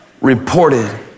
Reported